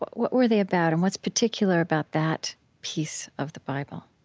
what were they about, and what's particular about that piece of the bible?